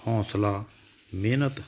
ਹੌਸਲਾ ਮਿਹਨਤ